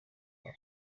wabo